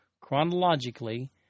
chronologically